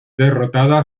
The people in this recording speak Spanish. derrotada